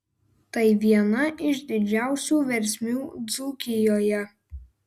tai viena iš didžiausių versmių dzūkijoje